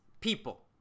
people